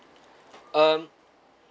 um